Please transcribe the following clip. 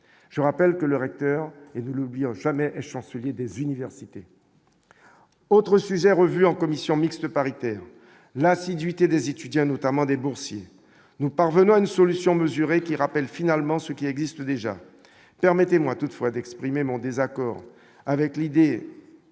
je rappelle que le recteur et ne l'oublions jamais chancelier des universités, autre sujet retenu en commission mixte paritaire l'assiduité des étudiants, notamment des bourgs, si nous parvenons à une solution mesurée qui rappelle finalement ce qui existe déjà, permettez-moi toutefois d'exprimer mon désaccord avec l'idée